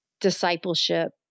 discipleship